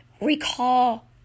Recall